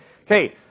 Okay